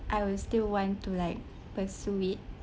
I will still want to like pursue it